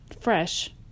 fresh